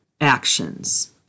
actions